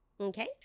Okay